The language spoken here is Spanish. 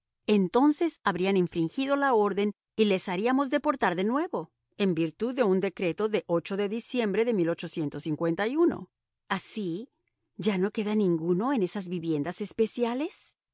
entonces habrían infringido la orden y les haríamos deportar de nuevo en virtud de un decreto de de diciembre de así ya no queda ninguno en esas viviendas especiales